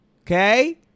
Okay